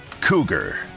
Cougar